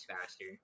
faster